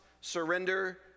surrender